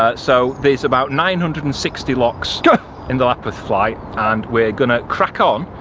ah so these about nine hundred and sixty locks in the lapworth flight. and we're gonna crack on.